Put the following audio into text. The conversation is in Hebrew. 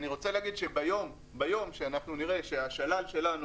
אני רוצה להגיד שביום שאנחנו נראה שהשלל שלנו